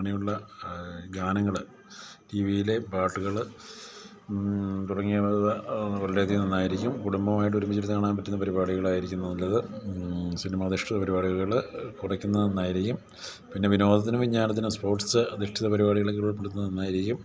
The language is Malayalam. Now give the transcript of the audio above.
അങ്ങനെയുള്ള ഗാനങ്ങൾ ടിവിയിലെ പാട്ടുകൾ തുടങ്ങിയവ വളരെ അധികം നന്നായിരിക്കും കുടുംബമായിട്ട് ഒരുമിച്ചു ഇരുന്ന് കാണാൻ പറ്റുന്ന പരുപാടികൾ ആയിരിക്കും നല്ലത് സിനിമാധിഷഠിത പരിപാടികൾ കുറയ്ക്കുന്നത് നന്നായിരിക്കും പിന്നെ വിനോദത്തിനും വിജ്ഞാനത്തിനും സ്പോർട്സ് അധിഷ്ഠിത പരിപാടികൾ ഉൾപ്പെടുത്തുന്നത് നന്നായിരിക്കും